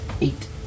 eight